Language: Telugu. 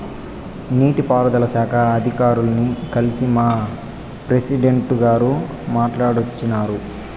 నీటి పారుదల శాఖ అధికారుల్ని కల్సి మా ప్రెసిడెంటు గారు మాట్టాడోచ్చినారు